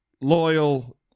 loyal